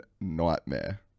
nightmare